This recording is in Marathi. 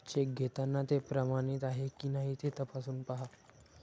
चेक घेताना ते प्रमाणित आहे की नाही ते तपासून पाहा